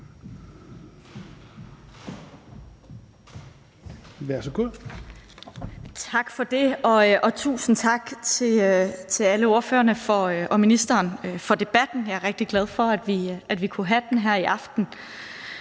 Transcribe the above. Tak for det, og tusind tak til alle ordførerne og ministeren for debatten. Jeg er rigtig glad for, at vi kunne have den her i aften.